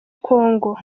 congo